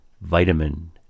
Vitamin